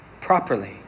properly